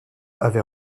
avait